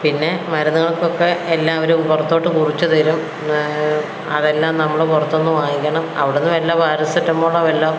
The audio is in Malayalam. പിന്നെ മരുന്നുകൾകൊക്കെ എല്ലാം അവർ പുറത്തോട്ട് കുറിച്ച് തരും അതെല്ലാം നമ്മൾ പുറത്ത് നിന്ന് വാങ്ങിക്കണം അവിടെ നിന്ന് വല്ല പാരസെറ്റമോളോ വല്ലതും